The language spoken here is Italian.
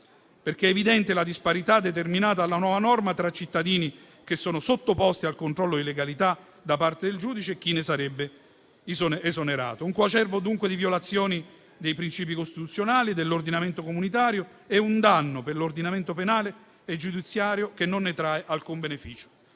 infatti evidente la disparità determinata dalla nuova norma tra cittadini che sono sottoposti al controllo di legalità da parte del giudice e chi ne sarebbe esonerato. Un coacervo, dunque, di violazioni dei principi costituzionali e dell'ordinamento comunitario, e un danno per l'ordinamento penale e giudiziario, che non ne trae alcun beneficio.